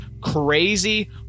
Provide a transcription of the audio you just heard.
crazy